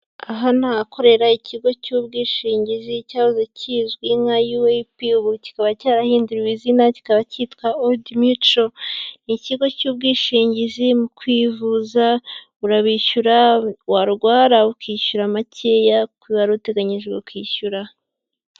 Aha ni ahakorera ikigo cy'ubwishingizi cyahoze kizwi nka yuweyipi ubu kikaba cyarahinduriwe izina kikaba cyitwa orudimico, ni ikigo cy'ubwishingizi mu kwivuza, urabishyura warwara ukishyura makeya ku yo wari uteganyije kwishyura.